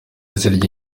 zirya